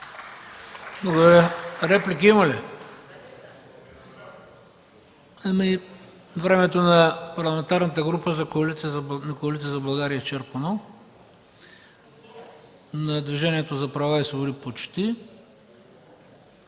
Реплики има ли? Времето на Парламентарната група на Коалиция за България е изчерпано, на Движението за права и свободи – почти,